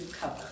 cover